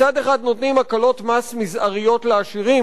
מצד אחד נותנים הקלות מס מזעריות לעשירים,